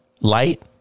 light